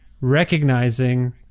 recognizing